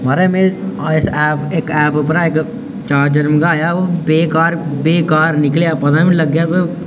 म्हाराज में इस ऐप्प परा इक चार्जर मंगाया ओह् बेकार बेकार निकलेआ ऐ पता गै निं लग्गेआ